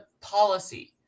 policy